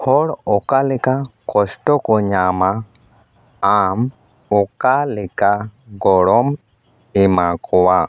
ᱦᱚᱲ ᱚᱠᱟᱞᱮᱠᱟ ᱠᱚᱥᱴᱚ ᱠᱚ ᱧᱟᱢᱟ ᱟᱢ ᱚᱠᱟᱞᱮᱠᱟ ᱜᱚᱲᱚᱢ ᱮᱢᱟ ᱠᱚᱣᱟ